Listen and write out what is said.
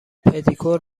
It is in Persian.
پدیکور